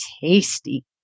tasty